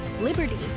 liberty